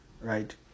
Right